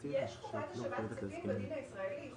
יש חובת השבת כספים בדין הישראלי.